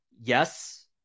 Yes